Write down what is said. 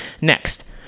Next